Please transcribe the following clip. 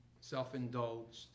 self-indulged